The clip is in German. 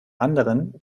anderen